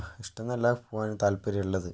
ഇഷ്ടമെന്നല്ല പോകാനും താല്പര്യം ഉള്ളത്